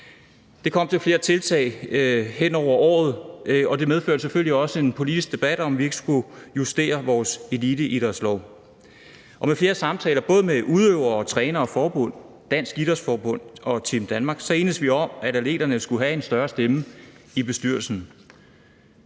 Det kom til flere tiltag hen over året, og det medførte selvfølgelig også en politisk debat om, om vi ikke skulle justere vores eliteidrætslov. Efter flere samtaler med både udøvere, trænere og forbund, Dansk Idrætsforbund og Team Danmark så enedes vi om, at atleterne skulle have en større stemme i bestyrelsen.